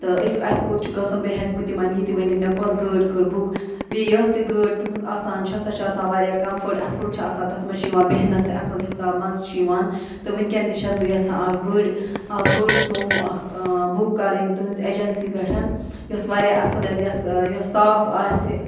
تہٕ أسۍ اَسہِ کوٚت چھِ گژھُن بیٚیہِ ہٮ۪کہٕ بہٕ تِمَن یہِ تہِ ؤنِتھ مےٚ کۄس گٲڑۍ کٔر بُک بیٚیہِ یۄس تہِ گٲڑۍ تٕہٕنٛز آسان چھےٚ سۄ چھےٚ آسان واریاہ کَمفٲٹ اَصٕل چھِ آسان تَتھ مَنٛز چھِ یِوان بیٚہنَس تہِ اَصٕل حِساب مَزٕ چھِ یِوان تہٕ وٕنۍکٮ۪ن تہِ چھَس بہٕ یَژھان اَکھ بٔڑ اَکھ بٔڑ سوموٗ اَکھ بُک کَرٕنۍ تٕہٕنٛزِ اٮ۪جَنسی پٮ۪ٹھ یۄس واریاہ اَصٕل حظ یَتھ یۄس صاف آسہِ